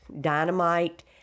dynamite